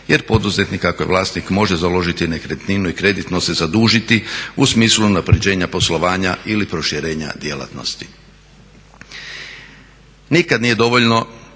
jer poduzetnik ako je vlasnik može založiti nekretninu i kreditno se zadužiti u smislu unapređenja poslovanja ili proširenja djelatnosti. Nikada nije dovoljno